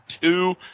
two